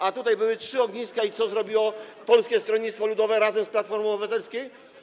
A tutaj były trzy ogniska i co zrobiło Polskie Stronnictwo Ludowe razem z Platformą Obywatelską?